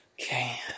Okay